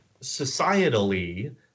societally –